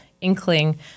inkling